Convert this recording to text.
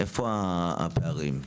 איפה הפערים?